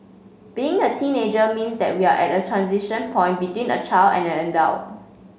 being a teenager means that we're at a transition point between a child and an adult